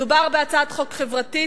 מדובר בהצעת חוק חברתית,